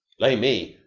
blame me,